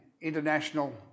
international